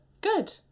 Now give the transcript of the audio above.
Good